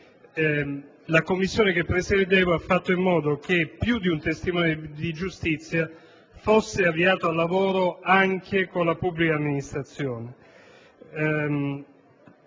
la Commissione che presiedevo ha fatto in modo che più di un testimone di giustizia fosse avviato al lavoro anche con la pubblica amministrazione.